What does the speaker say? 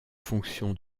fonction